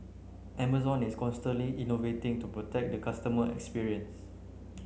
Amazon is constantly innovating to protect the customer experience